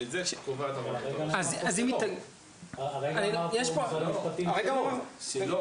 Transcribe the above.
ואת זה שקובעת --- הרי אמר פה משרד המשפטים --- לא,